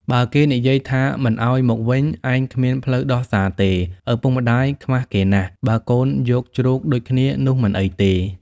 បើគេនិយាយថាមិនឱ្យមកវិញ ឯងគ្មានផ្លូវដោះសារទេ ឪពុកម្ដាយខ្មាសគេណាស់ បើកូនយកជ្រូកដូចគ្នានោះមិនអីទេ ។